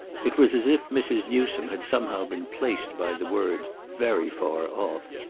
it was as if mrs. newsome had somehow been placed by the words very far off.